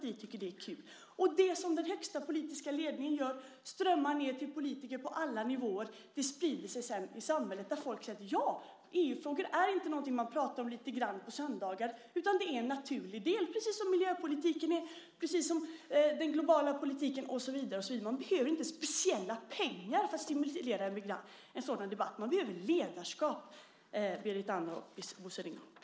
Vi tycker att det är kul. Och det som den högsta politiska ledningen gör strömmar ned till politiker på alla nivåer. Det sprider sig sedan i samhället där folk känner: EU-frågorna är inte någonting som man pratar om lite grann på söndagar, utan det är en naturlig del, precis som miljöpolitiken, precis som den globala politiken och så vidare. Man behöver inte speciella pengar för att stimulera en sådan debatt. Man behöver ledarskap, Berit Andnor och Bosse Ringholm.